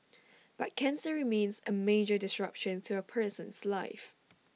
but cancer remains A major disruption to A person's life